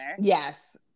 Yes